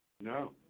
No